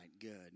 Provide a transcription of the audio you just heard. good